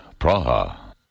Praha